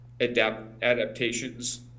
adaptations